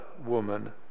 woman